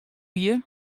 wie